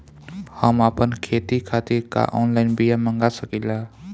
हम आपन खेती खातिर का ऑनलाइन बिया मँगा सकिला?